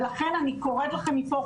ולכן אני קוראת לכם מפה,